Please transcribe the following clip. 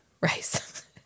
Rice